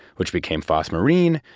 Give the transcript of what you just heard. which became foss marine,